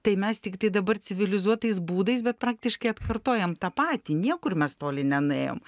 tai mes tiktai dabar civilizuotais būdais bet praktiškai atkartojam tą patį niekur mes toli nenuėjom